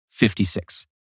56